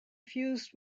fused